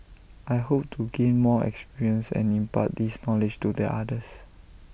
I hope to gain more experience and impart this knowledge to their others